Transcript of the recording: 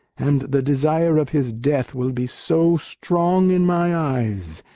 and the desire of his death will be so strong in my eyes,